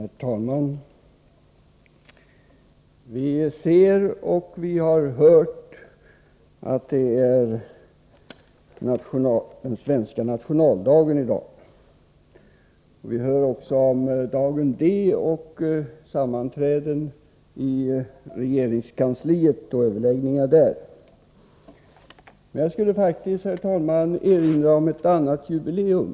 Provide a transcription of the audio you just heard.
Herr talman! Vi ser och har hört att det i dag är den svenska nationaldagen. Vi har i nyhetsprogrammen också hört inslag om dagen D och om överläggningarna i regeringskansliet. Jag skulle faktiskt, herr talman, vilja erinra om ett annat jubileum.